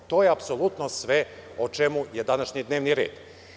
To je apsolutno sve o čemu je današnji dnevni red.